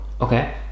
okay